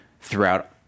throughout